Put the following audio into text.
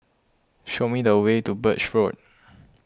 show me the way to Birch Road